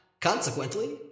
Consequently